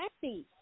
sexy